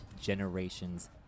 generations